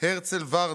הרצל ורדי,